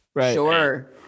sure